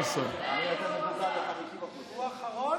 הוא אחרון?